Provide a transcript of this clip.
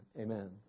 amen